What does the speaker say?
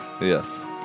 Yes